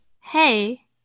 Hey